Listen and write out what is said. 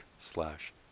slash